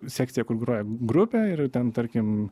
sekcija kur groja grupė ir ten tarkim